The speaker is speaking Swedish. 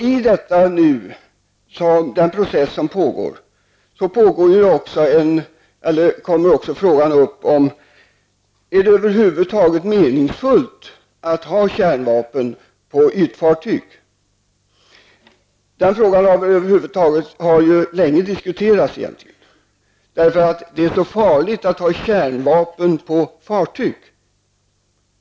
I den process som pågår kommer också frågan upp huruvida det över huvud taget är meningsfullt att ha kärnvapen på ytfartyg. Den frågan har alltså diskuterats under en lång tid. Det är ju mycket farligt att ha kärnvapen på fartyg.